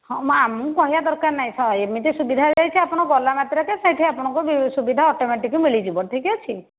ହଁ ମା ମୁଁ କହିବା ଦରକାର ନାହିଁ ଏମିତି ସୁବିଧା ହୋଇ ଯାଇଛି ଆପଣ ଗଲା ମାତ୍ରକେ ସେଇଠି ଆପଣଙ୍କୁ ସୁବିଧା ଅଟୋମେଟିକ୍ ମିଳିଯିବ ଠିକ୍ଅଛି